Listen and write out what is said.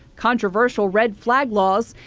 controversial red flag laws.